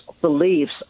beliefs